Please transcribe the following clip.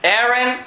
Aaron